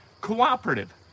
cooperative